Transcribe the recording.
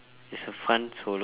it's a fun solo